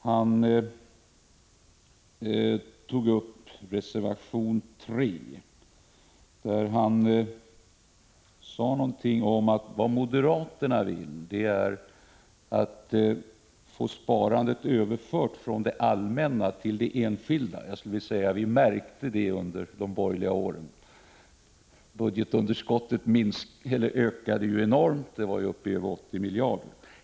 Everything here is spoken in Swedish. Han talade om reservation 3 och sade ungefär: Vad vi moderater vill är att få sparandet överfört från det allmänna till det enskilda. Vi märkte det under de borgerliga åren! Budgetunderskottet ökade ju då enormt och var uppe i över 80 miljarder.